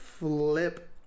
Flip